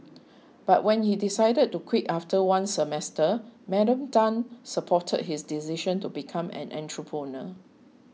but when he decided to quit after one semester Madam Tan supported his decision to become an entrepreneur